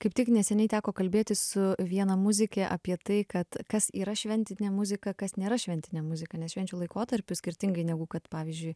kaip tik neseniai teko kalbėtis su viena muzike apie tai kad kas yra šventinė muzika kas nėra šventinė muzika nes švenčių laikotarpiu skirtingai negu kad pavyzdžiui